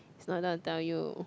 is not don't want tell you